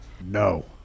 No